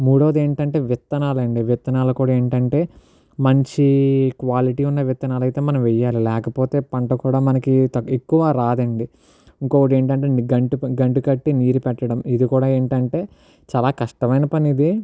మూడోది ఏంటంటే విత్తనాలండీ విత్తనాలు కూడా ఏంటంటే మంచి క్వాలిటీ ఉన్న విత్తనాలైతే మనం వేయాలి లేకపోతే పంట కూడా మనకి ఎక్కువ రాదండి ఇంకోటేంటంటే గంటి గంటి కట్టి నీరు పెట్టడం ఇది కూడా ఏంటంటే చాలా కష్టమైన పని ఇది